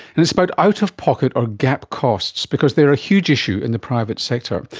and it's about out-of-pocket or gap costs because they are a huge issue in the private sector.